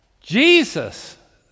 Jesus